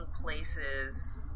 places